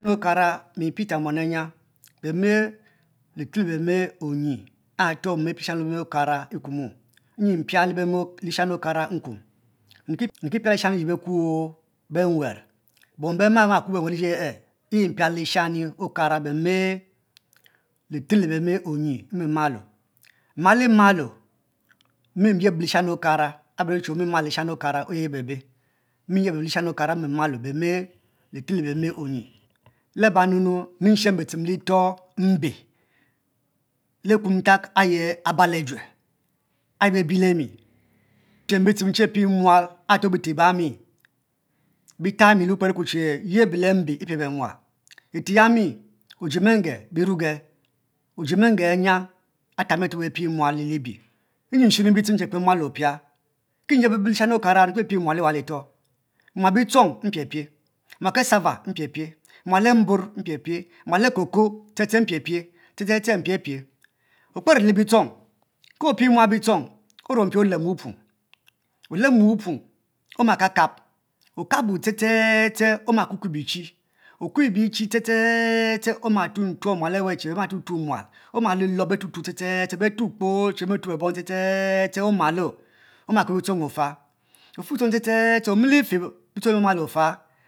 Le okara mi peter muan Anya beme litel le beme onyi, areto mom apie le sham akuma mpia le ney shami okara nkum nriki pia liashani iji bekuo ben war bom be ma be ma isho bewarr li ji aye nu mpieke lishamii beme litel le beme onyi, mmemalo ayi mi yeb lishani okara abe che omiyeb lishani okara mi malo lishanu okara oyeb yeb bebe, beme litel le beme onyi laba nu nu, mishua bitchen litoh mbe le ekumtak ayi Abang le jue ayi bebiele minshe bitchen are bite bami are betam mi le wukper eku che ye ahe le mbe epie be mual eteh ehami ojie menge biruge ojie menge anya atami are befie mual le libie nyi nshene bitchen nche kper mual opia, kinyeh bebe le bisham okara miki pie pie mual ewan litoh mual bitchong mpiepie mual cassava mpie pie mual mbor mpiepie mual e cocoa ste ste mpie pie ste ste ste mpie pie okpero le bit hong ke opie mual bitchong orong mpi olem wupung olemo wuping oma kab kab okabo ste ste ste oma tuongtuong che be ma tuo tuo mual betuo ste ste ste oma kper bitchong ota omi le je